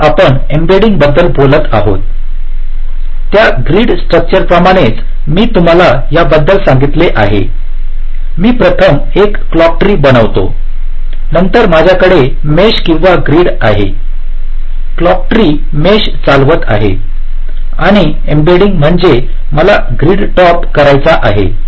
आता आपण एम्बेडिंग बद्दल बोलत आहोत त्या ग्रीड स्ट्रक्चर प्रमाणेच मी तुम्हाला याबद्दल सांगितले की मी प्रथम एक क्लॉक ट्री बनवितो नंतर माझ्याकडे मेश किंवा ग्रीड आहे क्लॉक ट्री मेश चालवत आहे आणि एम्बेडिंग म्हणजे मला ग्रीड टॅप करायचा आहे